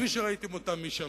כפי שראיתם אותם משם.